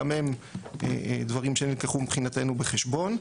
גם הן דברים שנלקחו מבחינתנו בחשבון.